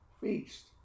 feast